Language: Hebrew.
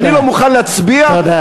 כי אני לא מוכן להצביע, תודה.